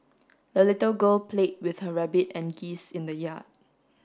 the little girl played with her rabbit and geese in the yard